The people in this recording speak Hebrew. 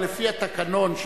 אבל לפי התקנון,